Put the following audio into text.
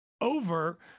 over